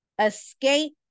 escape